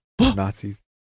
Nazis